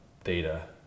theta